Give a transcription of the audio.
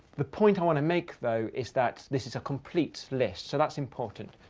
the point i want to make, though, is that this is a complete list. so that's important.